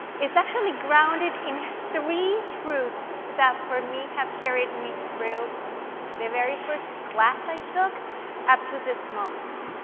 it's actually grounded in three truths that, for me, have carried me through the very first class i took up to this moment.